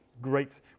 great